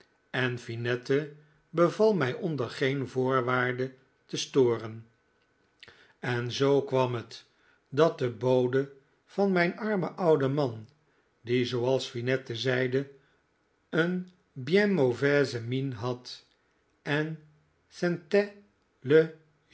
en finette beval mij onder geen voorwaarde te storen en zoo kwam het dat de bode van mijn armen ouden man die zooals finette zeide een bien mauvaise mine had en